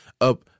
up